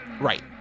Right